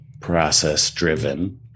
process-driven